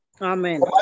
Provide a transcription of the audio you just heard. Amen